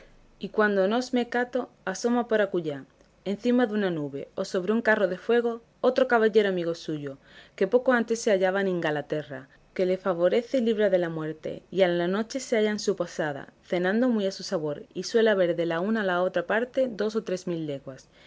y cuando no os me cato asoma por acullá encima de una nube o sobre un carro de fuego otro caballero amigo suyo que poco antes se hallaba en ingalaterra que le favorece y libra de la muerte y a la noche se halla en su posada cenando muy a su sabor y suele haber de la una a la otra parte dos o tres mil leguas